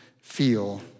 feel